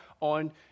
on